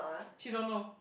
she don't know